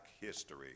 history